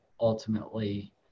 ultimately